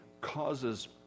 causes